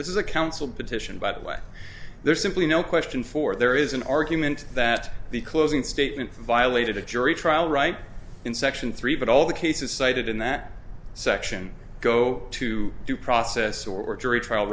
this is a counsel but by the way there's simply no question for there is an argument that the closing statement violated a jury trial right in section three but all the cases cited in that section go to due process or jury trial